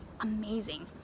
amazing